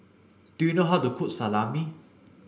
do you know how to cook Salami